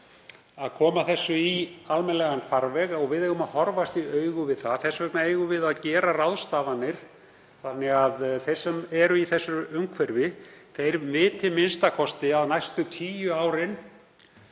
að koma þessu í almennilegan farveg og við eigum að horfast í augu við það. Þess vegna eigum við að gera ráðstafanir þannig að þeir sem eru í þessu umhverfi viti a.m.k. að næstu tíu árin